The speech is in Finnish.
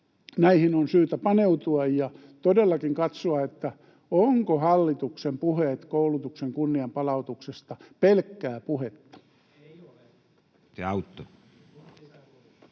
Näihin on syytä paneutua ja todellakin katsoa, ovatko hallituksen puheet koulutuksen kunnianpalautuksesta pelkkää puhetta. [Tuomas Kettunen: